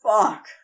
Fuck